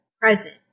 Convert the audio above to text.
present